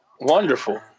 wonderful